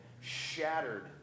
shattered